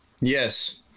Yes